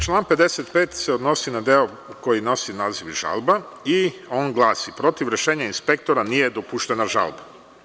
Član 55. se odnosi na deo koji nosi naziv – žalba i on glasi – protiv rešenja inspektora nije dopuštena žalba.